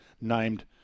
named